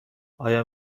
آیا